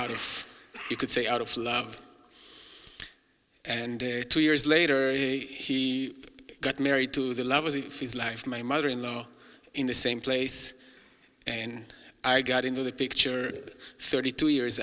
out of it could say out of love and two years later he got married to the lovers in his life my mother in law in the same place and i got into the picture thirty two years